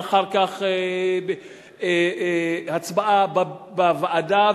ואחר כך הצבעה בוועדה,